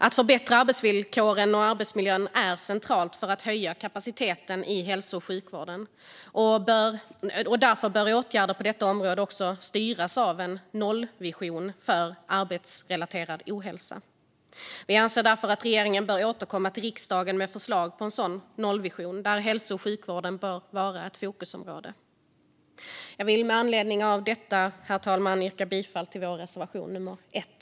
Att förbättra arbetsvillkoren och arbetsmiljön är centralt för att höja kapaciteten i hälso och sjukvården. Därför bör åtgärder på detta område också styras av en nollvision för arbetsrelaterad ohälsa. Vi anser därför att regeringen bör återkomma till riksdagen med förslag på en sådan nollvision, där hälso och sjukvården bör vara ett fokusområde. Herr talman! Jag vill med anledning av detta yrka bifall till vår reservation 1.